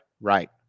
Right